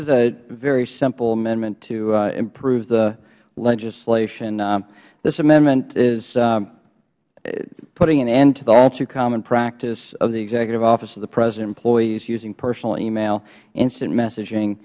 is a very simple amendment to improve the legislation this amendment is putting an end to the all too common practice of the executive office of the president employees using personal email instant messaging